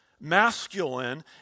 masculine